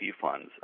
funds